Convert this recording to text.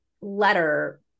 letter